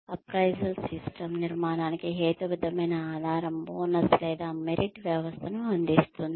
appraisal system నిర్మాణానికి హేతుబద్ధమైన ఆధారం బోనస్ లేదా మెరిట్ వ్యవస్థను అందిస్తుంది